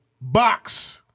Box